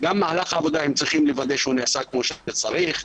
לוודא שמהלך העבודה נעשה כמו שצריך,